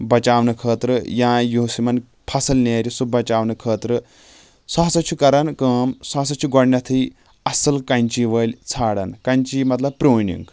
بَچاونہٕ خٲطرٕ یا یُس یِمن فَصل نیرِ سُہ بَچاونہٕ خٲطرٕ سُہ ہسا چھُ کران کٲم سُہ ہسا چھُ گۄڈٕنیتھٕے اَصٕل کینٛچی وٲلۍ ژھانٛڑان کینٛچی مطلب پروننٛگ